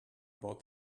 about